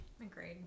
Agreed